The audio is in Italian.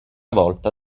volta